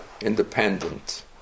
independent